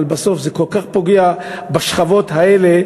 אבל בסוף זה כל כך פוגע בשכבות האלה.